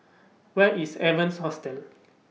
Where IS Evans Hostel